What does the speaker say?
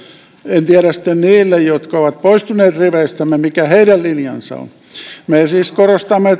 en tiedä sitten heistä jotka ovat poistuneet riveistä mikä heidän linjansa on me siis korostamme